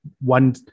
one